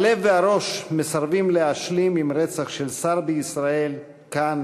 הלב והראש מסרבים להשלים עם רצח של שר בישראל כאן